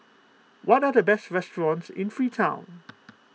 what are the best restaurants in Freetown